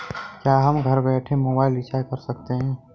क्या हम घर बैठे मोबाइल रिचार्ज कर सकते हैं?